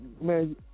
man